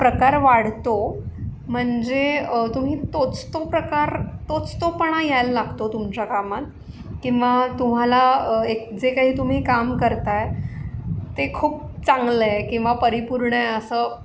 प्रकार वाढतो म्हणजे तुम्ही तोच तो प्रकार तोचतोपणा यायल लागतो तुमच्या कामात किंवा तुम्हाला एक जे काही तुम्ही काम करत आहे ते खूप चांगलं आहे किंवा परिपूर्ण आहे असं